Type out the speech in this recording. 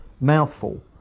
mouthful